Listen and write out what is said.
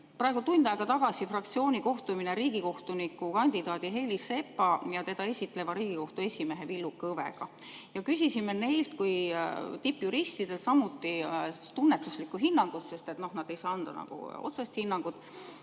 praegu tund aega tagasi fraktsiooni kohtumine riigikohtuniku kandidaadi Heili Sepa ja teda esitleva Riigikohtu esimehe Villu Kõvega. Küsisime neilt kui tippjuristidelt samuti tunnetuslikku hinnangut, sest nad ei saa anda otsest hinnangut,